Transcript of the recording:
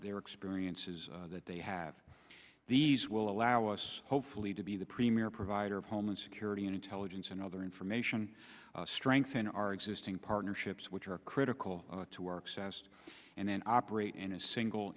their experience is that they have these will allow now us hopefully to be the premier provider of homeland security and intelligence and other information strengthen our existing partnerships which are critical to our excess and then operate in a single